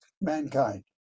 mankind